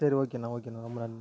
சரி ஓகேண்ணா ஓகேண்ணா ரொம்ப நன்றி